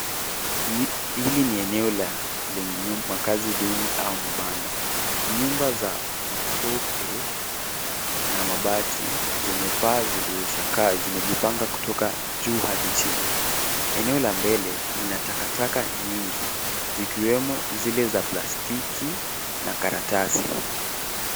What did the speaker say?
Hili ni eneo la makazi duni au mabanda. Nyumba za matope na mabati zenye paa zilizochakaa zimejipanga kutoka juu hadi chini. Eneo la mbele, lina takataka nyingi zikiwemo zile za plastiki na karatasi.